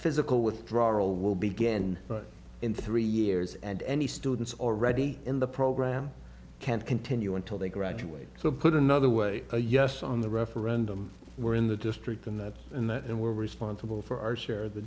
physical withdrawal will begin in three years and any students already in the program can't continue until they graduate so put another way a yes on the referendum were in the district and in that and we're responsible for our share